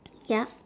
ya